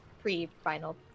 pre-final